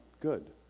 good